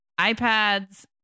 iPads